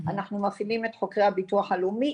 אנחנו מפעילים את חוקרי הביטוח הלאומי,